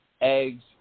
eggs